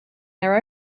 their